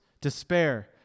despair